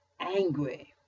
angry